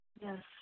Yes